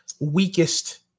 weakest